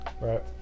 Right